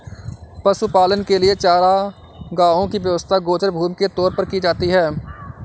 पशुपालन के लिए चारागाहों की व्यवस्था गोचर भूमि के तौर पर की जाती है